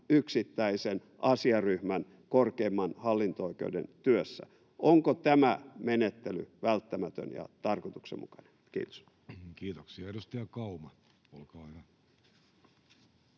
yksittäisen asiaryhmän korkeimman hallinto-oikeuden työssä. Onko tämä menettely välttämätön ja tarkoituksenmukainen? — Kiitos. Kiitoksia. — Edustaja Kauma, olkaa hyvä.